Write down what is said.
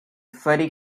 freddie